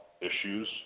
issues